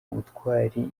ubutwari